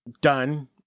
Done